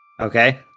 Okay